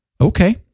okay